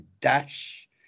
Dash